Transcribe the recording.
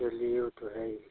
sir लिओ तो है ही